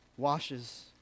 washes